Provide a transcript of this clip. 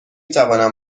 توانم